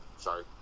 Sorry